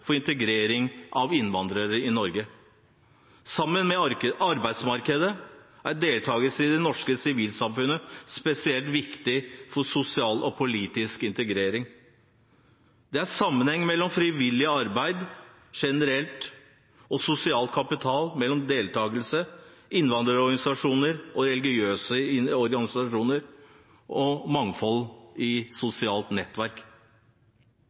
for integreringen av innvandrere i Norge. Sammen med arbeidsmarkedet er deltakelse i det norske sivilsamfunnet spesielt viktig for sosial og politisk integrering. Det er sammenheng mellom frivillig arbeid generelt og sosial kapital, og mellom deltakelse i innvandrerorganisasjoner og religiøse organisasjoner og mangfold i sosiale nettverk.